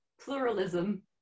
pluralism